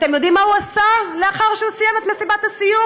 אתם יודעים מה הוא עשה לאחר שהוא סיים את מסיבת הסיום?